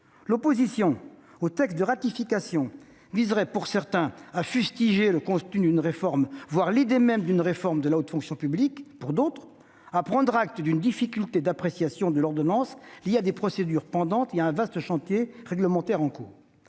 L'opposition au texte de ratification viserait, pour certains, à fustiger le contenu de la réforme, voire l'idée même d'une réforme de la haute fonction publique, et, pour d'autres, à prendre acte d'une difficulté d'appréciation de l'ordonnance, liée à des procédures pendantes et à un vaste chantier réglementaire en cours.